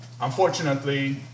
Unfortunately